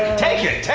take it, take